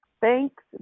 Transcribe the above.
Thanks